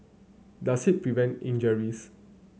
does it prevent injuries